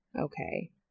Okay